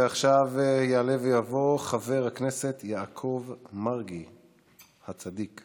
ועכשיו יעלה ויבוא חבר הכנסת יעקב מרגי הצדיק.